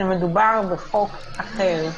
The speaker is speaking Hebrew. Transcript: שמדובר בחוק אחר.